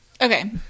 Okay